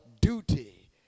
duty